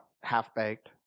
half-baked